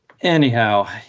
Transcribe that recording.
anyhow